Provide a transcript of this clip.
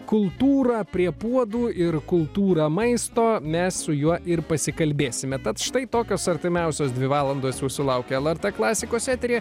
kultūrą prie puodų ir kultūrą maisto mes su juo ir pasikalbėsime tad štai tokios artimiausios dvi valandos jūsų laukia lrt klasikos eteryje